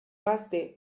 gazte